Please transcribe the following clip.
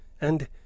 And